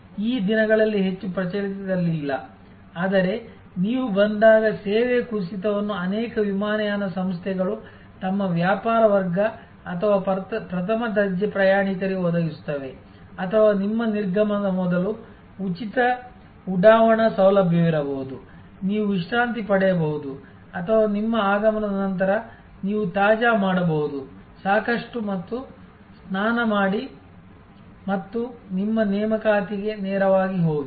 ಈ ದಿನಗಳಲ್ಲಿ ಹೆಚ್ಚು ಪ್ರಚಲಿತದಲ್ಲಿಲ್ಲ ಆದರೆ ನೀವು ಬಂದಾಗ ಸೇವೆಯ ಕುಸಿತವನ್ನು ಅನೇಕ ವಿಮಾನಯಾನ ಸಂಸ್ಥೆಗಳು ತಮ್ಮ ವ್ಯಾಪಾರ ವರ್ಗ ಅಥವಾ ಪ್ರಥಮ ದರ್ಜೆ ಪ್ರಯಾಣಿಕರಿಗೆ ಒದಗಿಸುತ್ತವೆ ಅಥವಾ ನಿಮ್ಮ ನಿರ್ಗಮನದ ಮೊದಲು ಉಚಿತ ಉಡಾವಣಾ ಸೌಲಭ್ಯವಿರಬಹುದು ನೀವು ವಿಶ್ರಾಂತಿ ಪಡೆಯಬಹುದು ಅಥವಾ ನಿಮ್ಮ ಆಗಮನದ ನಂತರ ನೀವು ತಾಜಾ ಮಾಡಬಹುದು ಸಾಕಷ್ಟು ಮತ್ತು ಸ್ನಾನ ಮಾಡಿ ಮತ್ತು ನಿಮ್ಮ ನೇಮಕಾತಿಗೆ ನೇರವಾಗಿ ಹೋಗಿ